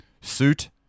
Suit